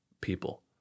people